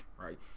right